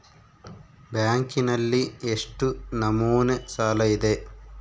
ಬ್ಯಾಂಕಿನಲ್ಲಿ ಎಷ್ಟು ನಮೂನೆ ಸಾಲ ಇದೆ?